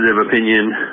opinion